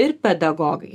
ir pedagogai